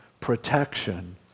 protection